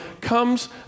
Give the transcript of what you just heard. comes